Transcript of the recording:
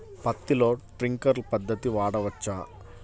పత్తిలో ట్వింక్లర్ పద్ధతి వాడవచ్చా?